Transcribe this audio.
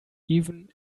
even